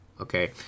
Okay